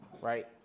right